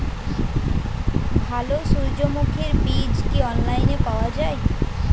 ভালো সূর্যমুখির বীজ কি অনলাইনে পাওয়া যায়?